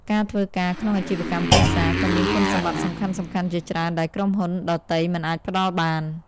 ការធ្វើការក្នុងអាជីវកម្មគ្រួសារ ក៏មានគុណសម្បត្តិសំខាន់ៗជាច្រើនដែលក្រុមហ៊ុនដទៃមិនអាចផ្ដល់បាន។